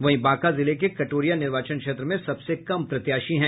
वहीं बांका जिले के कटोरिया निर्वाचन क्षेत्र में सबसे कम प्रत्याशी हैं